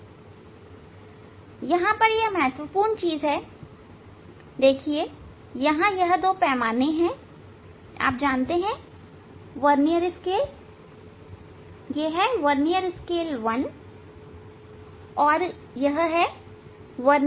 अब यहां यह महत्वपूर्ण चीज है यहां यह दो पैमाने हैं आप जानते हैं वर्नियर स्केल 1 वर्नियर स्केल 2